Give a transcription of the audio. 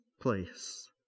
place